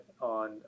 on